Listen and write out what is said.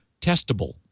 testable